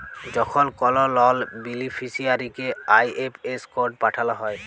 যখল কল লল বেলিফিসিয়ারিকে আই.এফ.এস কড পাঠাল হ্যয়